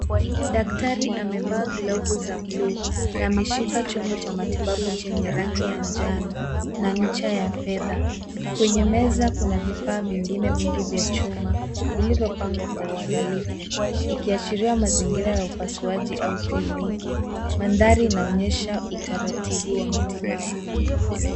Daktari amevaa glvu za buluu na ameshika chombo cha matibabu chenye rangi ya njano na ncha ya fedha. Kwenye meza kuna vifaa vingine vingi vya chuma vilivyopangwa kwa uangalifu ikiashiria mazingira ya upasuaji au kliniki. Mandhari inaonyesha utaratibu wa matibabu.